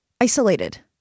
isolated